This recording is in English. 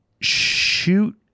shoot